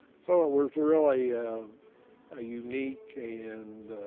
so, it was really a unique, and